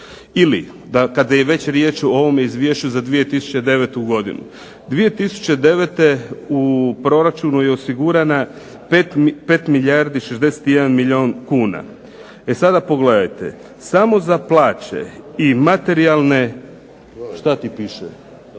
Ili da kada je već riječ o ovome izvješću za 2009. godinu, 2009. u proračunu je osigurana 5 milijardi 61 milijun kuna. E sada pogledajte samo za plaće i. Što ti to piše